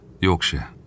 Yorkshire